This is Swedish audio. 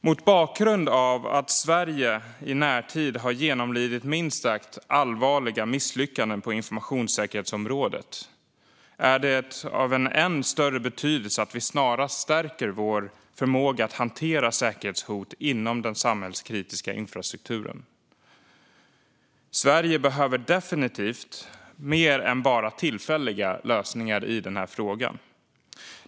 Mot bakgrund av att Sverige i närtid har genomlidit minst sagt allvarliga misslyckanden på informationssäkerhetsområdet är det av än större betydelse att vi snarast stärker vår förmåga att hantera säkerhetshot inom den samhällskritiska infrastrukturen. Sverige behöver definitivt mer än bara tillfälliga lösningar i frågan.